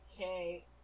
Okay